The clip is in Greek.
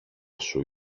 σου